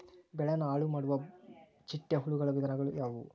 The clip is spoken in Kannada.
ಬೆಳೆನ ಹಾಳುಮಾಡುವ ಚಿಟ್ಟೆ ಹುಳುಗಳ ವಿಧಗಳು ಯಾವವು?